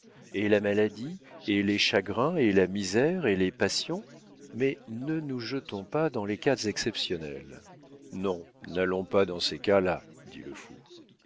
et la maladie et les chagrins et la misère et les passions mais ne nous jetons pas dans les cas exceptionnels non n'allons pas dans ces cas-là dit le fou